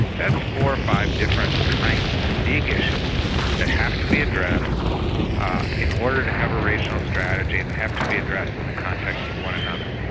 that's four or five different kinds of big issues that have to be addressed in order to have a regional strategy, and they have to be addressed in the context of one another.